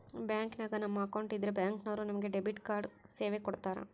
ಬ್ಯಾಂಕಿನಾಗ ನಮ್ಮ ಅಕೌಂಟ್ ಇದ್ರೆ ಬ್ಯಾಂಕ್ ನವರು ನಮಗೆ ಡೆಬಿಟ್ ಕಾರ್ಡ್ ಸೇವೆ ಕೊಡ್ತರ